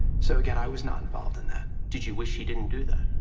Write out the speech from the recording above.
so again, i was not involved in that. did you wish he didn't do that?